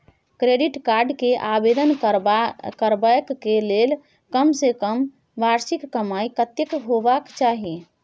Credit card के आवेदन करबैक के लेल कम से कम वार्षिक कमाई कत्ते होबाक चाही?